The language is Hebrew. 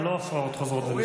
אבל לא הפרעות חוזרות ונשנות.